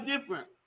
different